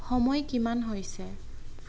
সময় কিমান হৈছে